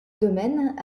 domaine